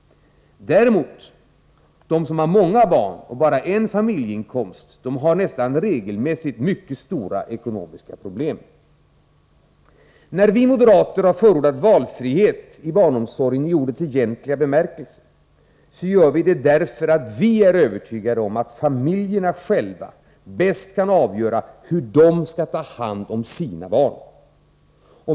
Mycket stora ekonomiska problem har däremot nästan regelmässigt de som har många barn och bara en familjeinkomst. När vi moderater har förordat valfrihet i barnomsorgen i ordets egentliga bemärkelse har vi gjort det för att vi är övertygade om att familjerna själva bäst kan avgöra hur de skall ta hand om sina barn.